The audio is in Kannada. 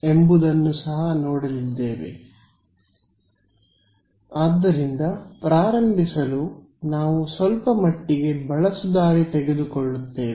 ಎಂಬುದನ್ನು ಸಹ ನೋಡಲಿದ್ದೇವೆ ಆದ್ದರಿಂದ ಪ್ರಾರಂಭಿಸಲು ನಾವು ನೇರ ಮಾರ್ಗ ತೆಗೆದುಕೊಳ್ಳುವುದಿಲ್ಲ